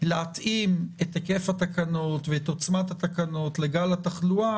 להתאים את היקף התקנות ואת עוצמתן לגל התחלואה,